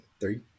Three